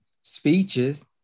speeches